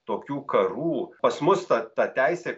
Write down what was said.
tokių karų pas mus ta ta teisė